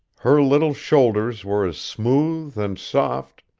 her little shoulders were as smooth and soft.